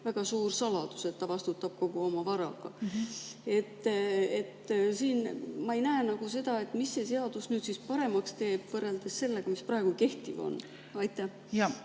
väga suur saladus, ta vastutab kogu oma varaga. Ma nagu ei näe, mida see seadus nüüd paremaks teeb võrreldes sellega, mis praegu kehtib. Aitäh!